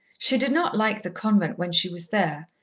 she did not like the convent when she was there,